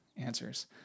answers